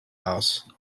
house